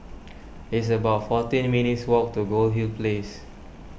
it's about fourteen minutes' walk to Goldhill Place